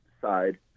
side